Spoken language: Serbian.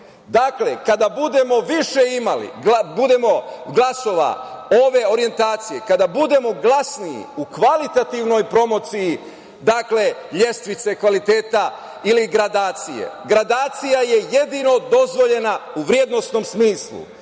delu. Dakle, kada budemo više imali glasova ove orijentacije, kada budemo glasniji u kvalitativnoj promociji lestvice kvaliteta ili gradacije, gradacija je jedino dozvoljena u vrednosnom smislu.